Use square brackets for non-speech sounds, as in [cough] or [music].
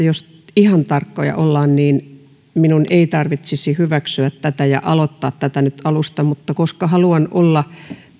[unintelligible] jos ihan tarkkoja ollaan niin minun ei tarvitsisi hyväksyä tätä ja aloittaa tätä alusta mutta koska haluan olla